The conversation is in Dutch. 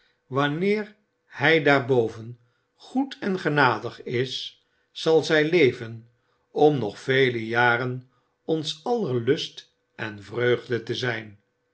wanneer hij daar boven goed en genadig is zal zij leven om nog vele jaren ons aller lust en vreugde te zijn